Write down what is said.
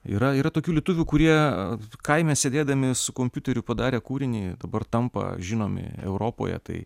yra yra tokių lietuvių kurie kaime sėdėdami su kompiuteriu padarė kūrinį dabar tampa žinomi europoje tai